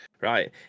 right